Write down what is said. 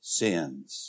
sins